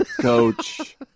coach